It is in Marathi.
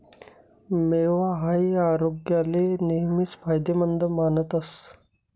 मेवा हाई आरोग्याले नेहमीच फायदेमंद मानतस